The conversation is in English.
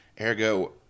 ergo